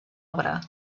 obra